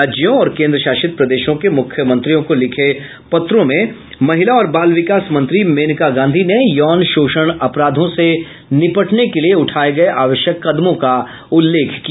राज्यों और केन्द्र शासित प्रदेशों को मुख्यमंत्रियों को लिखे पत्रों में महिला और बाल विकास मंत्री मेनका गांधी ने यौन शोषण अपराधों से निपटने के लिए उठाये गये आवश्यक कदमों का उल्लेख किया